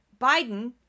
Biden